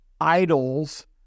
idols